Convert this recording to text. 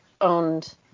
owned